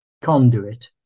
conduit